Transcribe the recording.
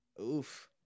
Oof